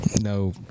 no